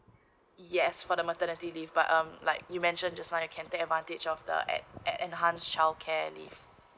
yes for the maternity leave but um like you mentioned just now I can take advantage of the uh enhance childcare leave